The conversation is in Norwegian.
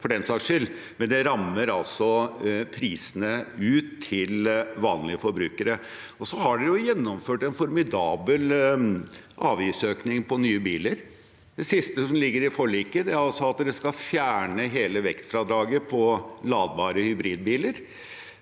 for den saks skyld. Det rammer prisene ut til vanlige forbrukere. Og de har gjennomført en formidabel avgiftsøkning på nye biler. Det siste som ligger i forliket, var at de sa at de skulle fjerne hele vektfradraget på ladbare hybridbiler.